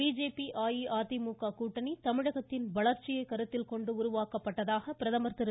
BJP AIADMK கூட்டணி தமிழகத்தின் வளர்ச்சியை கருத்தில் கொண்டு உருவாக்கப்பட்டதாக பிரதமர் திரு